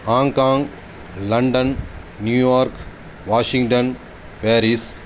Hong Kong London New York Washington Paris